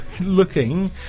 looking